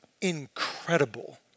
incredible